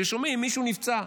כששומעים שמישהו נפצע,